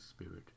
Spirit